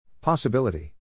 Possibility